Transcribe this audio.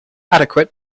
adequate